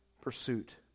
pursuit